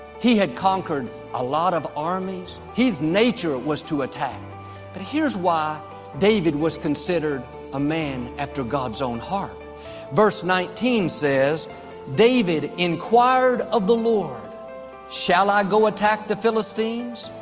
he had conquered a lot of armies his nature was to attack but here's why david was considered a man after god's own heart verse nineteen says david inquired of the lord shall i ah go attack the philistines?